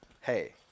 hey